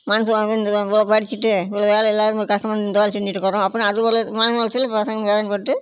மனசு வராமலே இருந்துக்குவாங்க இவ்வளோ படிச்சுட்டு இவ்வளோ வேலை இல்லாம நம்ம கஷ்டமா இருந்தாலும் செஞ்சிட்ருக்கிறோம் அப்புறம் அது ஒரு மன உளச்சல்ல பசங்க வேதனைப் பட்டு